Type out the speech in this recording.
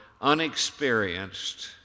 unexperienced